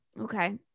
Okay